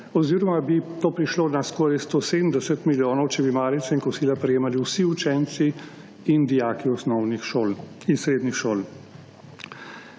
oziroma bi to prišlo skoraj na 170 milijonov, če bi malice in kosila prejemali vsi učenci in dijaki osnovnih in srednjih šol.